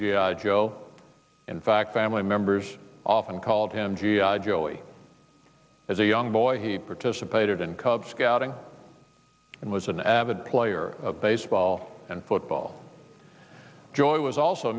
joe in fact family members often called him joey as a young boy he participated in cub scouting and was an avid player of baseball and football joy was also